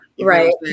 Right